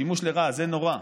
שימוש לרעה זה נורא,